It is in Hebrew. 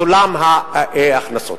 בסולם ההכנסות.